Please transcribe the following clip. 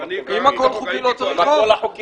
אם הכול חוקי אז לא צריך חוק.